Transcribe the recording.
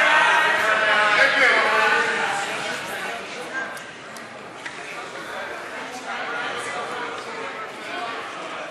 ההסתייגות (2) של קבוצת סיעת המחנה הציוני לסעיף 1 לא נתקבלה.